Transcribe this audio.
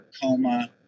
coma